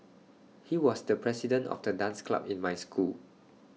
he was the president of the dance club in my school